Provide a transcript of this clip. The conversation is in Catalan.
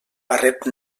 barret